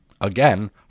again